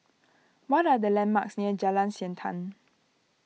what are the landmarks near Jalan Siantan